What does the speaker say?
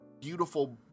beautiful